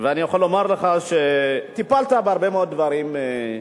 אני יכול לומר לך שטיפלת בהרבה מאוד דברים חשובים,